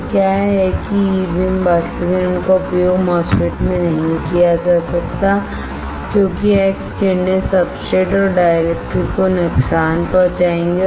तो क्या है कि ई बीमबाष्पीकरण का उपयोग MOSFET में नहीं किया जा सकता है क्योंकि एक्स किरणें सब्सट्रेट और डाइलेक्ट्रिक को नुकसान पहुंचाएंगे